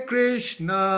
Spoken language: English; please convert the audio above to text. Krishna